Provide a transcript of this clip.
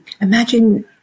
imagine